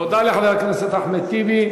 תודה לחבר הכנסת אחמד טיבי.